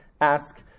ask